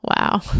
Wow